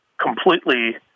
completely